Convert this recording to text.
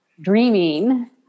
dreaming